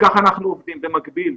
וכך אנחנו עובדים במקביל.